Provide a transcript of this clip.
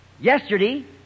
yesterday